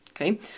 okay